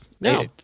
No